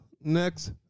next